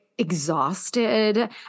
exhausted